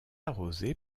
arrosée